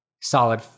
solid